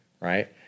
right